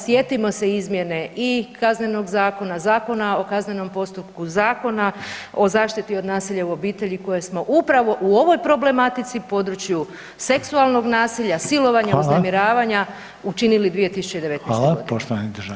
Sjetimo se izmjene i Kaznenog zakona, Zakona o kaznenom postupku, Zakona o zaštiti od nasilja u obitelji koje smo upravo u ovoj problematici području seksualnog nasilja [[Upadica: Hvala.]] silovanja, uznemiravanja učinili 2019. godine.